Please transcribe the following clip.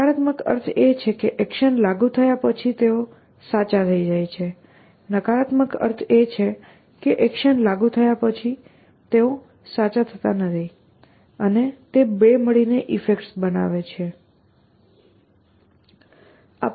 સકારાત્મક અર્થ એ કે એક્શન લાગુ થયા પછી તેઓ સાચા થઈ જાય છે નકારાત્મક અર્થ એ કે એક્શન લાગુ થયા પછી તેઓ ખોટા થઈ જાય છે અને તે બે મળીને ઇફેક્ટ્સ બનાવે છે